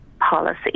policy